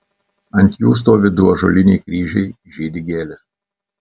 ant jų stovi du ąžuoliniai kryžiai žydi gėlės